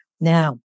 now